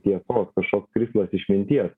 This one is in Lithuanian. tiesos kažkoks krislas išminties